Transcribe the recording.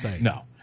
no